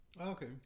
okay